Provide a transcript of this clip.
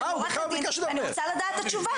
אני רוצה לדעת את התשובה.